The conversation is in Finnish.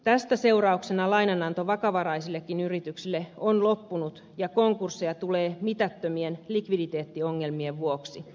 tästä seurauksena lainananto vakavaraisillekin yrityksille on loppunut ja konkursseja tulee mitättömien likviditeettiongelmien vuoksi